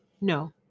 No